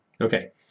Okay